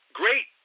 great